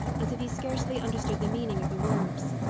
as if he scarcely understood the meaning of the words.